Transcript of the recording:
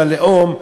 של הלאום,